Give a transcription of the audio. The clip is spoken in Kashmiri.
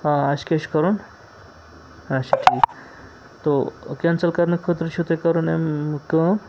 آ اَسہِ کیٛاہ چھُ کَرُن اچھا ٹھیٖک تو کٮ۪نسَل کَرنہٕ خٲطرٕ چھُو تۄہہِ کَرُن اَمہِ کٲم